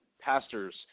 pastors